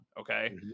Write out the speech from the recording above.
okay